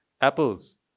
apples